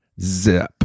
zip